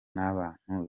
n’abantu